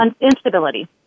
instability